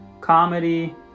comedy